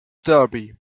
derby